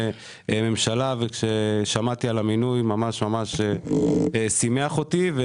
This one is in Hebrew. ממשלה וכששמעתי על המינוי שימח אותי מאוד,